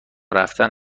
رفتن